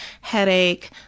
headache